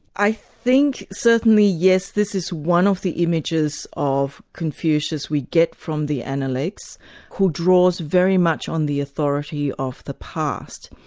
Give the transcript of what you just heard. i think, certainly, yes. this is one of the images of confucius we get from the analects who draws very much on the authority of the past.